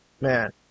Man